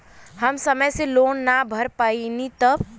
हम समय से लोन ना भर पईनी तब?